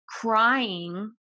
crying